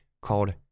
called